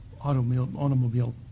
automobile